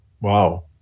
Wow